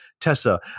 tessa